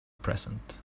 present